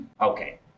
Okay